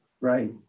right